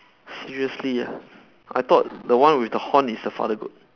seriously ah I thought the one with the horn is the father goat